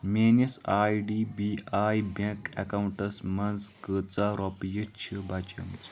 میٲنِس I D B I bank accounts منٛز کۭژاہ رۄپیہِ چھِ بچیمژٕ